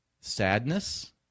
sadness